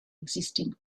existing